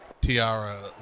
tiara